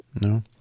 No